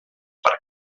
per